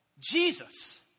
Jesus